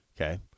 Okay